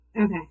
Okay